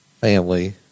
family